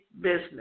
business